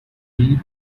need